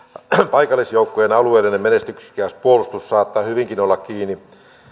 paikallisjoukkojen alueellinen menestyksekäs puolustus saattaa hyvinkin olla kiinni